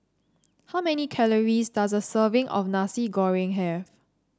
how many calories does a serving of Nasi Goreng have